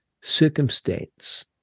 circumstance